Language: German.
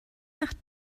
nach